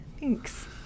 Thanks